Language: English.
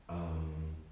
um